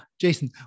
Jason